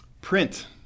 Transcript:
print